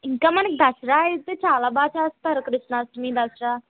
ఇంకా మనకి దసరా అయితే చాలా బాగా చేస్తారు కృష్ణాష్టమి దసరా